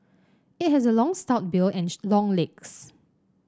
it has a long stout bill and long legs